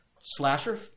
slasher